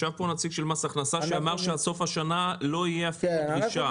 ישב פה נציג של מס הכנסה שאמר שעד סוף השנה לא תהיה אפילו דרישה.